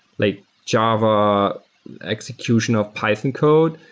like java execution of python code,